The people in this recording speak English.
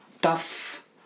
tough